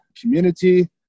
community